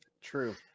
true